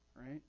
right